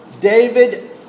David